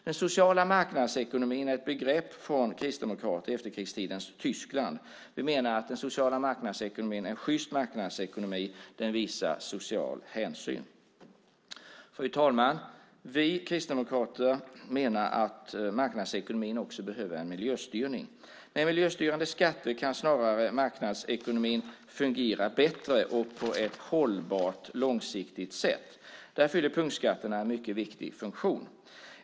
Den sociala marknadsekonomin är ett begrepp från kristdemokrater i efterkrigstidens Tyskland. Vi menar att den sociala marknadsekonomin är en sjyst marknadsekonomi, och den visar social hänsyn. Fru talman! Vi kristdemokrater menar att marknadsekonomin behöver en miljöstyrning. Med miljöstyrande skatter kan snarare marknadsekonomin fungera bättre och på ett hållbart långsiktigt sätt. Där fyller punktskatterna en mycket viktig funktion.